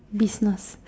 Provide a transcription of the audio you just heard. business